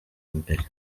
mbere